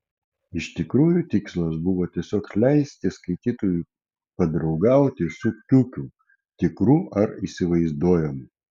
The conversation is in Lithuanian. iš tikrųjų tikslas buvo tiesiog leisti skaitytojui padraugauti su kiukiu tikru ar įsivaizduojamu